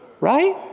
right